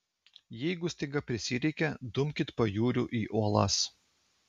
jeigu staiga prisireikia dumkit pajūriu į uolas